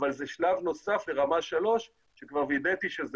אבל זה שלב נוסף לרמה 3 שכבר וידאתי שזה